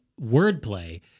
wordplay